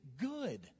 good